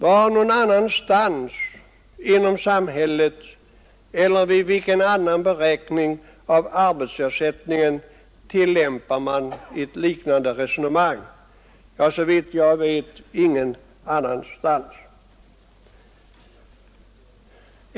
Var någonstans inom samhället eller i vilken annan beräkning av arbetsersättningen tillämpar man ett liknande resonemang? Såvitt jag vet ingenstans.